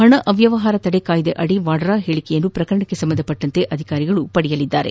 ಹಣ ಅವ್ಯವಹಾರ ತಡೆ ಕಾಯ್ದೆ ಅಡಿ ವಾದ್ರಾ ಹೇಳಿಕೆಯನ್ನು ಪ್ರಕರಣಕ್ಕೆ ಸಂಬಂಧಿಸಿದಂತೆ ಅಧಿಕಾರಿಗಳು ಪಡೆಯಲಿದ್ದಾರೆ